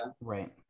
Right